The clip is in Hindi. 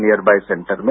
नियर बाइ सेंटर में